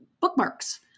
bookmarks